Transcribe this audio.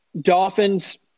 Dolphins